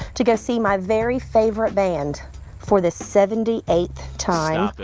to go see my very favorite band for the seventy eighth time.